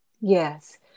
Yes